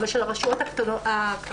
אבל של הרשויות המקומיות.